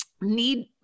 need